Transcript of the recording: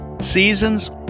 Seasons